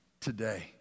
today